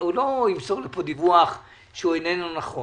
הוא לא ימסור פה דיווח שאיננו נכון.